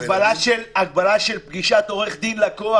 הגבלה של פגישת עורך דין-לקוח.